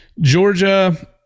Georgia